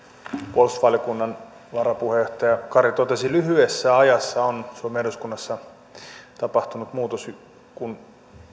puolustusvaliokunnan varapuheenjohtaja kari totesi lyhyessä ajassa on suomen eduskunnassa tapahtunut muutos kun